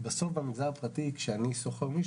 בסקירה.